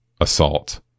assault